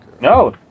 No